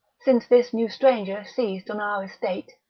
since this new stranger seiz'd on our estate?